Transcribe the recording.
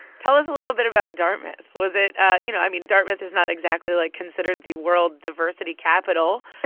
tell us a little bit about dartmouth. was it you know, i mean, dartmouth is not exactly, like, considered the world diversity capital